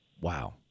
Wow